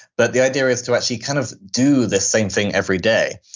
but the idea is to actually kind of do the same thing every day.